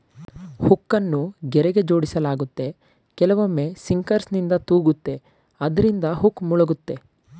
ಹುಕ್ಕನ್ನು ಗೆರೆಗೆ ಜೋಡಿಸಲಾಗುತ್ತೆ ಕೆಲವೊಮ್ಮೆ ಸಿಂಕರ್ನಿಂದ ತೂಗುತ್ತೆ ಅದ್ರಿಂದ ಹುಕ್ ಮುಳುಗುತ್ತೆ